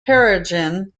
peregrine